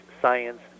Science